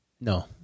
no